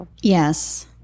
Yes